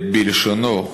בלשונו,